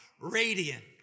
radiant